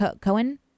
Cohen